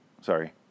sorry